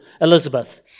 Elizabeth